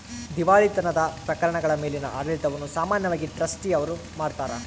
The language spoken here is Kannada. ದಿವಾಳಿತನದ ಪ್ರಕರಣಗಳ ಮೇಲಿನ ಆಡಳಿತವನ್ನು ಸಾಮಾನ್ಯವಾಗಿ ಟ್ರಸ್ಟಿ ಅವ್ರು ಮಾಡ್ತಾರ